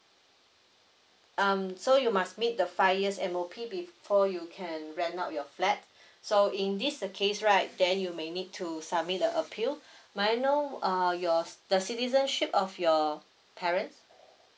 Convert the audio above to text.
um so you must meet the five years M_O_P before you can rent out your flat so in this the case right then you may need to submit the appeal may I know uh your the citizenship of your parents